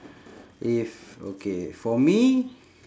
if okay for me